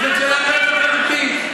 וזאת שאלה אחרת לחלוטין.